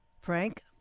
Frank